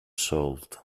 solved